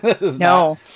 No